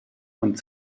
und